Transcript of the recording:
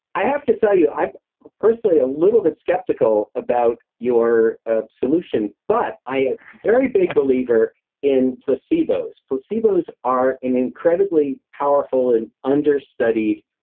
i have to tell you, i'm personally a little bit skeptical about your ah solution, but i'm a very big believer in placebos. placebos are an incredibly powerful and understudied